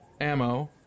ammo